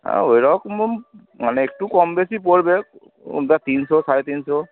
হ্যাঁ ওইরকম মানে একটু কম বেশি পড়বে ওটা তিনশো সাড়ে তিনশো